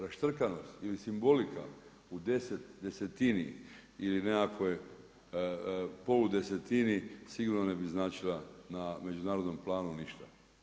Raštrkanost ili simbolika u desetini ili nekakvoj poludesetini sigurno ne bi značila na međunarodnom planu ništa.